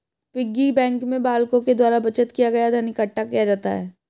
piggy bank में बालकों के द्वारा बचत किया गया धन इकट्ठा किया जाता है